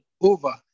over